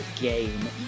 game